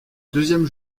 deuxième